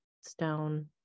stone